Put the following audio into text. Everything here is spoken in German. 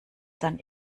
dann